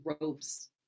robes